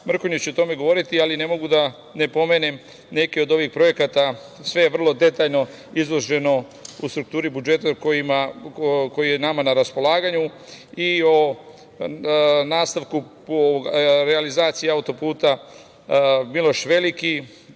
Mrkonjić o tome govoriti, ali ne mogu da ne pomenem neke od ovih projekata. Sve je vrlo detaljno izloženo u strukturi budžeta koji je nama na raspolaganju, i o nastavku po realizaciji auto-puta „Miloš Veliki“,